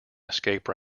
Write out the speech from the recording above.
escape